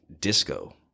disco